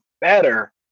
better